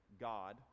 God